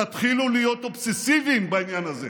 תתחילו להיות אובססיביים בעניין הזה,